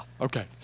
okay